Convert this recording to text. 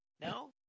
No